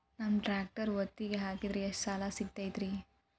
ನಮ್ಮ ಟ್ರ್ಯಾಕ್ಟರ್ ಒತ್ತಿಗೆ ಹಾಕಿದ್ರ ಎಷ್ಟ ಸಾಲ ಸಿಗತೈತ್ರಿ?